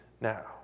now